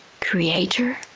creator